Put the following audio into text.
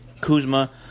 Kuzma